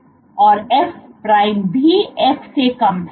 और f prime B f से कम है